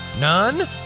None